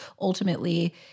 ultimately